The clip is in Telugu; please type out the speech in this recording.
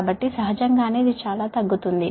కాబట్టి సహజంగానే ఇది చాలా తగ్గుతుంది